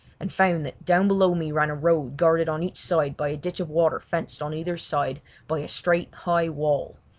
and found that down below me ran a road guarded on each side by a ditch of water fenced on either side by a straight, high wall.